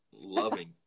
Loving